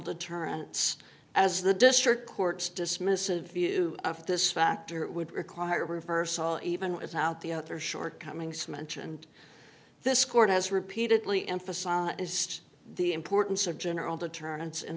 deterrence as the district courts dismissive view of this factor would require reversal even without the other shortcomings mentioned this court has repeatedly emphasized the importance of general deterrence and